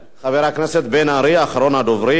חבר הכנסת בן-ארי, אחרון הדוברים,